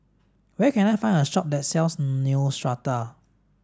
where can I find a shop that sells Neostrata